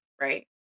right